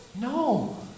No